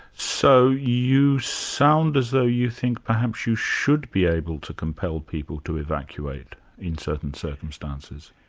so you sound as though you think perhaps you should be able to compel people to evacuate in certain circumstances?